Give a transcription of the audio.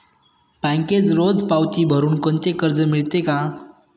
बँकेत रोज पावती भरुन कोणते कर्ज मिळते का?